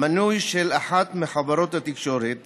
מנוי של אחת מחברות התקשורת